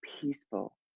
peaceful